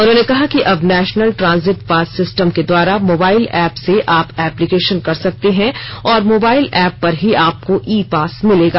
उन्होंने कहा कि अब नेशनल ट्रॉजिट पास सिस्टम के द्वारा मोबाइल ऐप से आप ऐप्लीकेशन कर सकते है और मोबाइल ऐप पर ही आपको ई पास मिलेगा